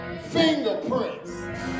Fingerprints